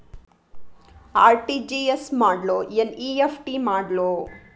RTGS ಮಾಡ್ಲೊ NEFT ಮಾಡ್ಲೊ?